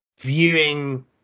viewing